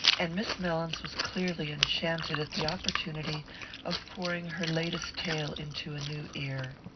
and miss mellins was clearly enchanted at the opportunity of pouring her latest tale into a new ear.